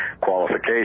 qualification